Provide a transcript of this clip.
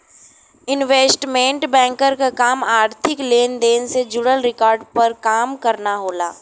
investment banker क काम आर्थिक लेन देन से जुड़ल रिकॉर्ड पर काम करना होला